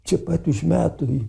čia pat už metų